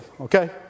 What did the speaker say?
okay